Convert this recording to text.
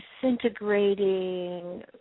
Disintegrating